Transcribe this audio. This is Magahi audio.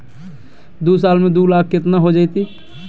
दू साल में दू लाख केतना हो जयते?